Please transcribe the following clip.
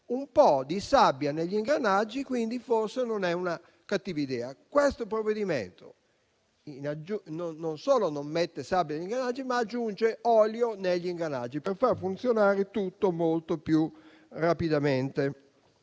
Un po' di sabbia negli ingranaggi quindi forse non è una cattiva idea. Questo provvedimento non solo non mette sabbia negli ingranaggi, ma vi aggiunge olio per far funzionare tutto molto più rapidamente.